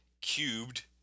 cubed